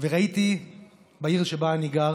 וראיתי בעיר שבה אני גר